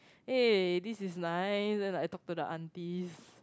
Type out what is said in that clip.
eh this is nice then I talk to aunties